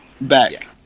back